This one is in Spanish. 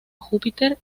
júpiter